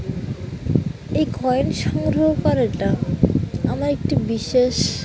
এই কয়েন সংগ্রহ করাটা আমার একটি বিশেষ